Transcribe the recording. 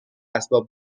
اسباب